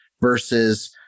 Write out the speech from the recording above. versus